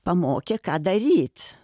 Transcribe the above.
pamokė ką daryt